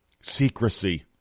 secrecy